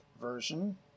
version